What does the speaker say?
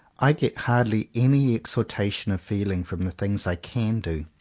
i get hardly any exulta tion of feeling from the things i can do,